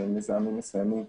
מזהמים מסוימים,